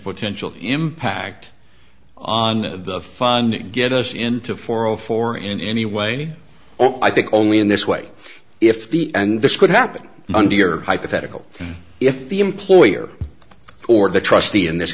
potential impact on the funding get us into four hundred four in any way i think only in this way if the and this could happen under your hypothetical if the employer or the trustee in this